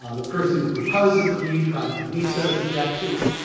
ah the person who proposes the view tries to meet those objections.